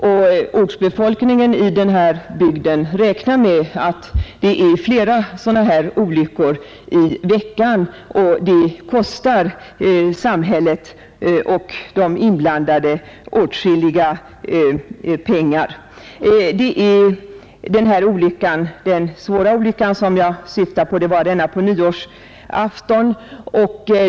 Ortsbefolkningen i bygden räknar med att flera sådana olyckor inträffar i veckan på denna sträcka, och det kostar samhället och de inblandade åtskilligt med pengar. Den svåra olycka som jag syftar på var den på nyårsaftonen.